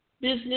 business